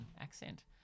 accent